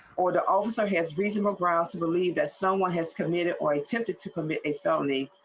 or the also has reasonable grounds to believe that someone has committed or attempted to commit a felony.